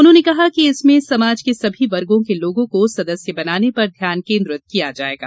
उन्होंने कहा कि इसमें समाज के सभी वर्गो के लोगों को सदस्य बनाने पर ध्यान केन्द्रित किया जायेगा